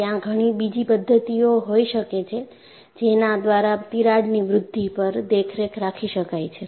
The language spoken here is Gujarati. ત્યાં ઘણી બીજી પદ્ધતિઓ હોઈ શકે છે જેના દ્વારા તિરાડની વૃદ્ધિ પર દેખરેખ રાખી શકાય છે